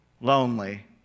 lonely